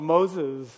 Moses